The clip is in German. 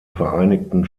vereinigten